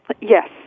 Yes